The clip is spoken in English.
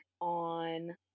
on